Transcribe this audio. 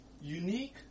unique